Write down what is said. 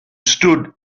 stood